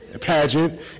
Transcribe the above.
pageant